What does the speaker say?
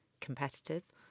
competitors